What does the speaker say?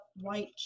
white